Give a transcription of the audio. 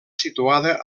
situada